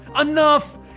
Enough